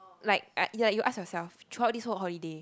like uh you ask yourself throughout this whole holiday